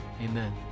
Amen